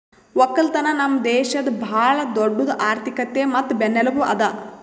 ಒಕ್ಕಲತನ ನಮ್ ದೇಶದ್ ಭಾಳ ದೊಡ್ಡುದ್ ಆರ್ಥಿಕತೆ ಮತ್ತ ಬೆನ್ನೆಲುಬು ಅದಾ